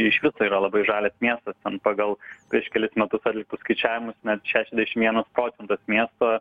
iš viso yra labai žalias miestas pagal prieš kelis metus atlikus skaičiavimus net šešiasdešim vienas procentas miesto